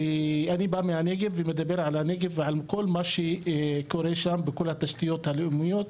אני בא מהנגב ומדבר על הנגב ועל כל מה שקורה שם בנושא התשתיות הלאומיות.